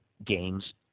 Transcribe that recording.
games